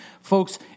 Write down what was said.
folks